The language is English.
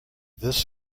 this